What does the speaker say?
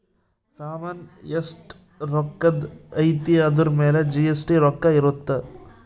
ಸಾಮನ್ ಎಸ್ಟ ರೊಕ್ಕಧ್ ಅಯ್ತಿ ಅದುರ್ ಮೇಲೆ ಜಿ.ಎಸ್.ಟಿ ರೊಕ್ಕ ಇರುತ್ತ